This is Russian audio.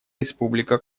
республика